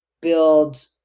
build